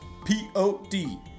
P-O-D